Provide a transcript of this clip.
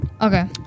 Okay